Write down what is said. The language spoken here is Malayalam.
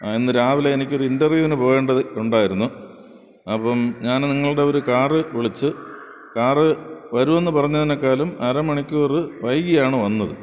ആ ഇന്നു രാവിലെ എനിക്ക് ഒരു ഇൻ്റർവ്യൂവിന് പോകേണ്ടത് ഉണ്ടായിരുന്നു അപ്പം ഞാൻ നിങ്ങളുടെ ഒരു കാർ വിളിച്ച് കാർ വരുമെന്നു പറഞ്ഞതിനേക്കാളും അരമണിക്കൂർ വൈകിയാണ് വന്നത്